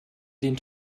den